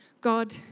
God